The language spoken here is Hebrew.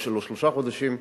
או כל שלושה חודשים,